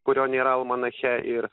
kurio nėra almanache ir